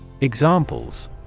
Examples